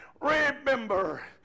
remember